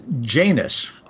Janus